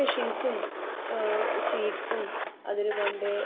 മെഷീൻസ്സും സീഡ്സ്സും അതിന് പണ്ടേ